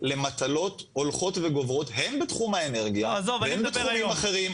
למטלות הולכות וגוברות הן בתחום האנרגיה והן בתחומים אחרים.